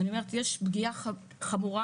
יש פגיעה חמורה.